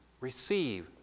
Receive